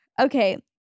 Okay